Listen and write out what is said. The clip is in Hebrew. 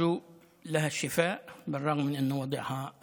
כמובן שעמדנו לצד המשפחה, וזו חובתנו, החל מהרגע